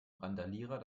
randalierer